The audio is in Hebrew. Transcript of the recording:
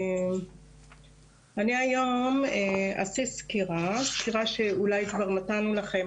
אני היום אעשה סקירה שאולי כבר נתנו לכם,